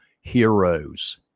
heroes